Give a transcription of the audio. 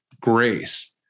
grace